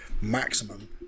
maximum